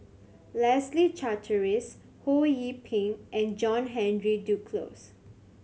Leslie Charteris Ho Yee Ping and John Henry Duclos